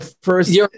First